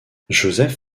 joseph